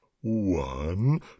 One